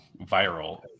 viral